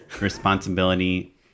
responsibility